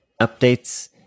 updates